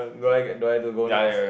do I get do I have to go next